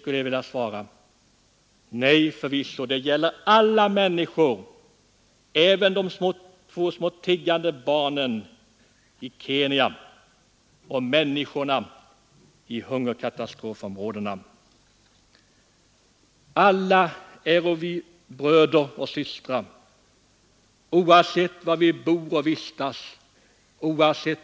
Till det vill jag svara: Nej, förvisso, det gäller alla människor, även de två små tiggande barnen i Kenya och människorna i hungerkatastrofområdena. Alla är vi bröder och systrar, oavsett var vi bor och vistas, oavsett